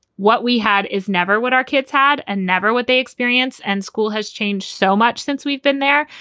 what we had is never what our kids had and never what they experience. and school has changed so much since we've been there.